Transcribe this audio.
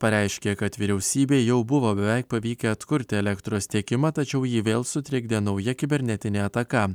pareiškė kad vyriausybei jau buvo beveik pavykę atkurti elektros tiekimą tačiau jį vėl sutrikdė nauja kibernetinė ataka